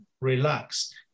relax